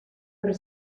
per